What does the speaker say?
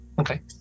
Okay